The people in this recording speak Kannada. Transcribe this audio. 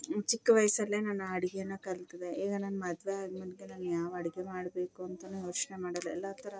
ಚಿಕ್ಕ ವಯಸ್ಸಲ್ಲೇ ನನ್ನ ಅಡುಗೆನ ಕಲಿತದೆ ಈಗ ನನ್ನ ಮದುವೆ ಆದ ನಾನು ಯಾವ ಅಡುಗೆ ಮಾಡಬೇಕು ಅಂತಲೂ ಯೋಚನೆ ಮಾಡಲ್ಲ ಎಲ್ಲ ಥರ